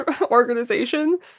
organization